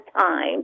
time